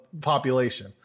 population